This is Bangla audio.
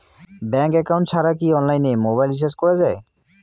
ব্যাংক একাউন্ট ছাড়া কি অনলাইনে মোবাইল রিচার্জ করা যায়?